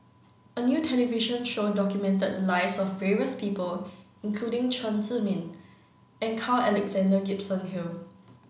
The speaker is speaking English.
a new television show documented the lives of various people including Chen Zhiming and Carl Alexander Gibson Hill